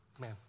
man